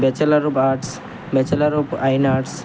bachelor of arts bachelor of fine arts